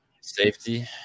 safety